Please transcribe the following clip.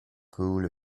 coule